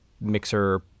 mixer –